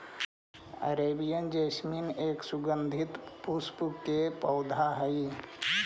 Arabian jasmine एक सुगंधित पुष्प के पौधा हई